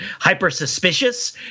hypersuspicious